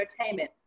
entertainment